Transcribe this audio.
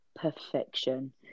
Perfection